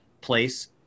place